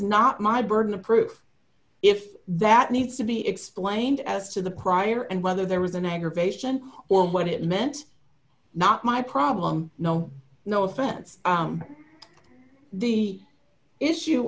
not my burden of proof if that needs to be explained as to the prior and whether there was an aggravation or what it meant not my problem no no offense the issue